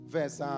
verse